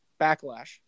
backlash